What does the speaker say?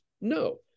no